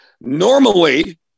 Normally